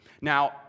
Now